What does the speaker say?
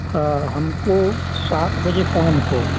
हाँ हमको सात बजे फ़ोन करो